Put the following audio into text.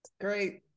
Great